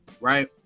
Right